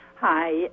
Hi